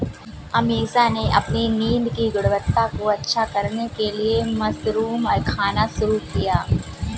अमीषा ने अपनी नींद की गुणवत्ता को अच्छा करने के लिए मशरूम खाना शुरू किया